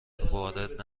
وارد